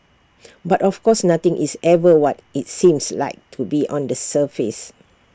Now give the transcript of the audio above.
but of course nothing is ever what IT seems like to be on the surface